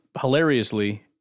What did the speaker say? hilariously